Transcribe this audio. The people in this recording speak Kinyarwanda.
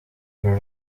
uru